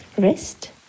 wrist